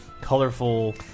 colorful